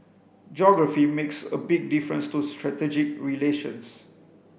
geography makes a big difference to strategic relations